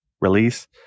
release